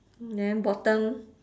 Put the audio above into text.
then bottom